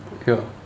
ya